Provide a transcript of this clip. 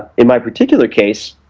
in my particular case,